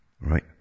right